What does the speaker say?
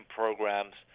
programs